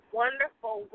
wonderful